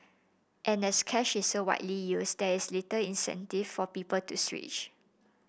and as cash is so widely used there's little incentive for people to switch